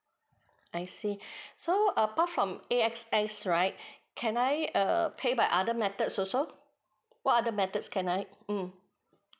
I see so apart from A_X_S right can I uh pay by other methods also what other methods can I mm